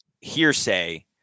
hearsay